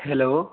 hello